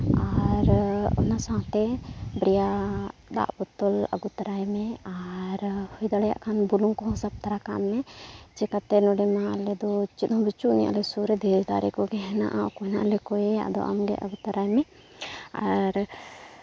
ᱟᱨ ᱚᱱᱟ ᱥᱟᱶᱛᱮ ᱵᱟᱨᱭᱟ ᱫᱟᱜ ᱵᱚᱛᱚᱞ ᱟᱹᱜᱩ ᱛᱟᱨᱟᱭ ᱢᱮ ᱟᱨ ᱦᱩᱭ ᱫᱟᱲᱮᱭᱟᱜ ᱠᱷᱟᱱ ᱵᱩᱞᱩᱝ ᱠᱚᱦᱚᱸ ᱥᱟᱵ ᱛᱟᱨᱟ ᱠᱟᱜᱢᱮ ᱪᱤᱠᱟᱹᱛᱮ ᱱᱚᱰᱮᱢᱟ ᱟᱞᱮ ᱫᱚ ᱪᱮᱫ ᱦᱚᱸ ᱵᱟᱹᱪᱩᱜ ᱟᱹᱱᱤᱡ ᱟᱞᱮ ᱥᱩᱨ ᱨᱮ ᱫᱷᱤᱨᱤ ᱫᱟᱨᱮ ᱠᱚᱜᱮ ᱦᱮᱱᱟᱜᱼᱟ ᱚᱠᱚᱭ ᱱᱟᱦᱟᱜ ᱞᱮ ᱠᱚᱭᱮᱭᱟ ᱟᱫᱚ ᱟᱢ ᱜᱮ ᱟᱹᱜᱩ ᱛᱚᱨᱟᱭ ᱢᱮ ᱟᱨ